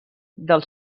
del